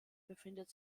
befindet